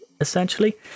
essentially